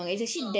um